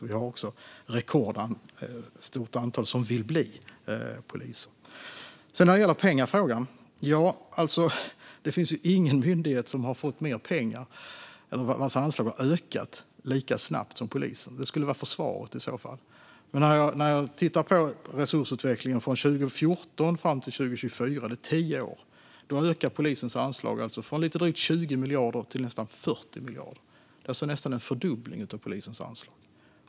Vi har också ett rekordstort antal som vill bli poliser. Sedan gäller det pengafrågan. Det finns ingen myndighet som har fått mer pengar eller vars anslag har ökat lika snabbt som polisens. Det skulle vara försvaret i så fall. När jag tittar på resursutvecklingen från 2014 fram till 2024 - det är tio år - ser jag att polisens anslag ökar från lite drygt 20 miljarder till nästan 40 miljarder. Det är alltså nästan en fördubbling av polisens anslag.